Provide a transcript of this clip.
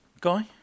Guy